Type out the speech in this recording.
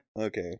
Okay